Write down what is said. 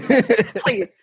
please